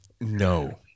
No